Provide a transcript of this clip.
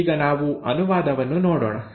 ಈಗ ನಾವು ಅನುವಾದವನ್ನು ನೋಡೋಣ